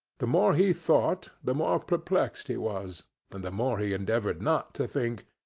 the more he thought, the more perplexed he was and the more he endeavoured not to think,